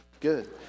Good